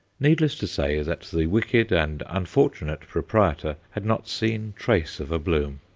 needless to say that the wicked and unfortunate proprietor had not seen trace of a bloom.